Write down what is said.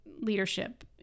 leadership